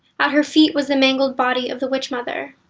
at her feet was the mangled body of the witchmother.